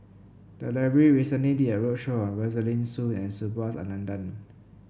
the library recently did a roadshow on Rosaline Soon and Subhas Anandan